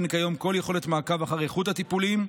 אין כיום כל יכולת מעקב אחר איכות הטיפולים,